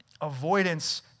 Avoidance